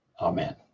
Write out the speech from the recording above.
amen